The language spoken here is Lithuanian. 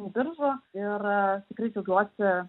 biržų ir tikrai džiaugiuosi